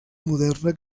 moderna